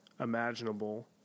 imaginable